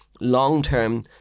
Long-term